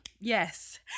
yes